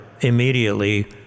immediately